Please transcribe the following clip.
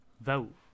vote